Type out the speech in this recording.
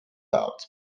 out